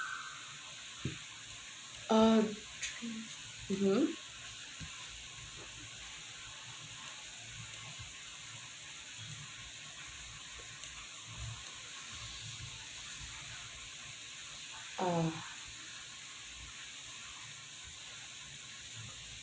uh mmhmm uh